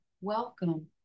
Welcome